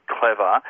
clever